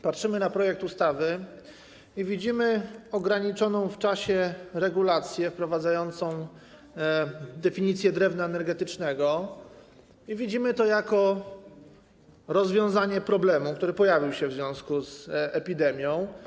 Patrzymy na projekt ustawy i widzimy ograniczoną w czasie regulację wprowadzającą definicję drewna energetycznego, i widzimy to jako rozwiązanie problemu, który pojawił się w związku z epidemią.